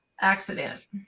accident